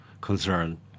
concern